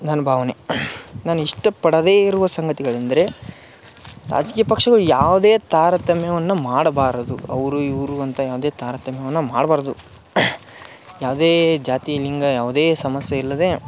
ನನ್ನ ಭಾವನೆ ನಾನು ಇಷ್ಟಪಡದೇ ಇರುವ ಸಂಗತಿಗಳೆಂದರೆ ರಾಜಕೀಯ ಪಕ್ಷಗಳು ಯಾವುದೇ ತಾರಾತಮ್ಯವನ್ನ ಮಾಡಬಾರದು ಅವರು ಇವರು ಅಂತ ಅದೆ ತಾರತಮ್ಯವನ ಮಾಡ್ಬಾರದು ಯಾವುದೇ ಜಾತಿ ಲಿಂಗ ಯಾವುದೇ ಸಮಸ್ಯೆಯಿಲ್ಲದೇ